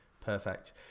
Perfect